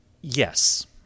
Yes